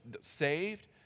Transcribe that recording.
saved